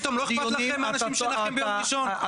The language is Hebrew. פתאום לא אכפת לכם מהאנשים שנחים ביום ראשון?